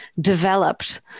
developed